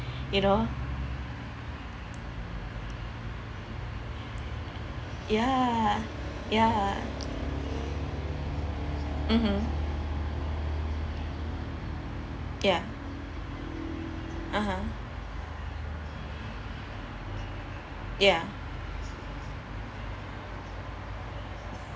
you know ya ya mmhmm ya (uh huh) ya